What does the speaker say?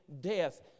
death